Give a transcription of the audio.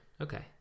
Okay